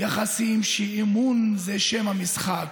יחסים שבה אמון זה שם המשחק.